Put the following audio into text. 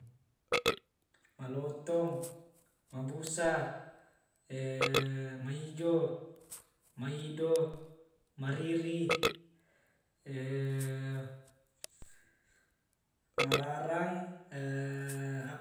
Malotong, mabusa, maijo, maido, mariri, mararang,